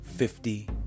Fifty